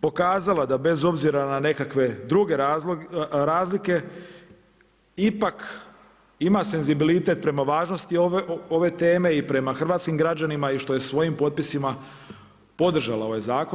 pokazala da bez obzira na nekakve druge razlike ipak ima senzibilitet prema važnosti ove teme i prema hrvatskim građanima i što je svojim potpisima podržala ovaj zakon.